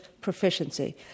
proficiency